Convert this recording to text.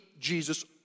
Jesus